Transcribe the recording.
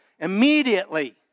Immediately